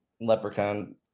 leprechaun